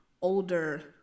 older